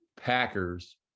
Packers